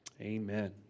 Amen